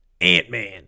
Ant-Man